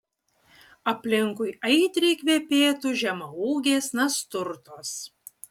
aplinkui aitriai kvepėtų žemaūgės nasturtos